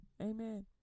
Amen